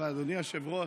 אדוני היושב-ראש,